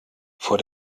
vor